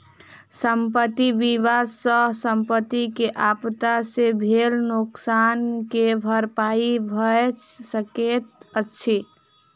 संपत्ति बीमा सॅ संपत्ति के आपदा से भेल नोकसान के भरपाई भअ सकैत अछि